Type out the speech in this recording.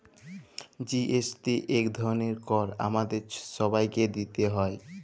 GST ইক ধরলের কর আমাদের ছবাইকে দিইতে হ্যয়